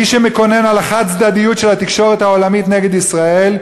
מי שמקונן על החד-צדדיות של התקשורת העולמית נגד ישראל,